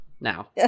now